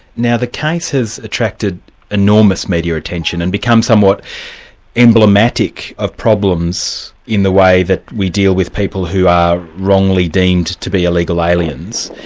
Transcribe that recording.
now the case has attracted enormous media attention, and become somewhat emblematic of problems in the way that we deal with people who are wrongly deemed to be illegal aliens.